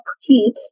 heat